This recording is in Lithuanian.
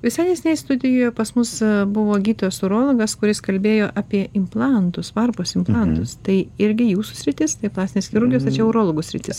visai neseniai studijoje pas mus buvo gydytojas urologas kuris kalbėjo apie implantus varpos implantus tai irgi jūsų sritis tai plastinės chirurgijos ar čia urologų sritis